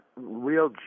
real